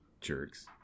Jerks